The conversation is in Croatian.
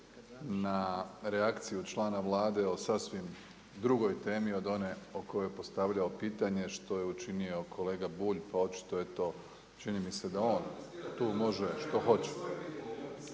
na reakciju člana Vlade o sasvim drugoj temi od one o kojoj je postavljao pitanje, što je učinio kolega Bulj pa očito je to. Čini mi se da on tu može što hoće.